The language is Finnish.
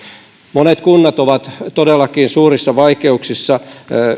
monet kunnat ovat todellakin suurissa vaikeuksissa